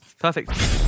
Perfect